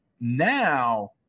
now